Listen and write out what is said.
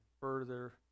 further